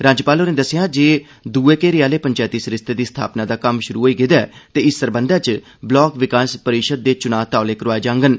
राज्यपाल होरें दस्सेआ जे दूए घेरे आहले पंचैती सरिस्तें दी स्थापना दा कम्म शुरू होई गेदा ऐ ते इस सरबंधै च ब्लाक विकास परिषदे चुनां तौले करोआई जांडन